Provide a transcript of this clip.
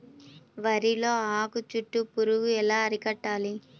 వరిలో ఆకు చుట్టూ పురుగు ఎలా అరికట్టాలి?